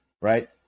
Right